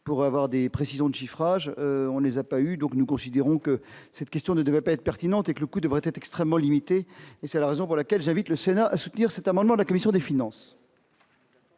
pour avoir des précisions de chiffrage, on les a pas eu donc nous considérons que cette question devait pas être pertinente et que le coût devrait être extrêmement limité et c'est la raison pour laquelle j'habite le Sénat à soutenir cet amendement de la commission des finances.